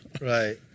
right